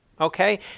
Okay